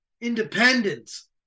independence